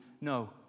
no